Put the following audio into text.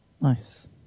Nice